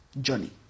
journey